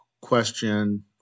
question